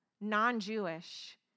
non-Jewish